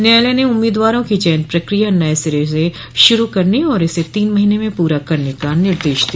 न्यायालय ने उम्मीदवारों की चयन प्रक्रिया नये सिरे से शुरू करने और इसे तीन महीन में पूरा करने का निर्देश दिया